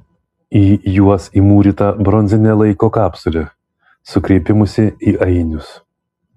į juos įmūryta bronzinė laiko kapsulė su kreipimusi į ainius